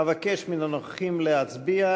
אבקש מן הנוכחים להצביע